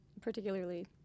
particularly